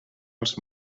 els